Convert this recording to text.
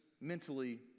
mentally